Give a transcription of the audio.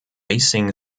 racing